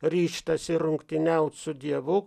ryžtasi rungtyniauti su dievu